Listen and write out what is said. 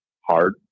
hard